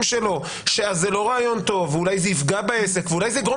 שלו שזה לא רעיון טוב ואולי זה יפגע בעסק ואולי זה יגרום